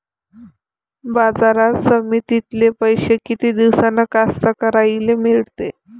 बाजार समितीतले पैशे किती दिवसानं कास्तकाराइले मिळते?